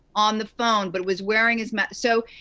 on the phone, but was wearing his mask. so,